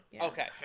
Okay